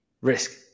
risk